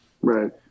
Right